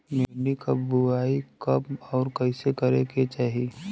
भिंडी क बुआई कब अउर कइसे करे के चाही?